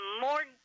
more